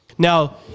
Now